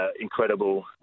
incredible